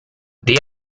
the